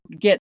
get